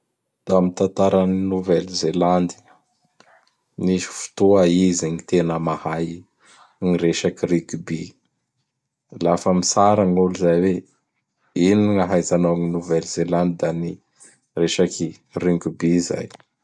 Tam tataran Nouvel-Zelandy, nisy fotoa izy gn tena nahay gny resaky Rugby. Lafa mitsara gn'olo zay oe ino gn'ahazanao an Nouvel-Zelandy? da ny resaky Rugby zay.